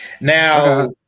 Now